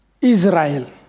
Israel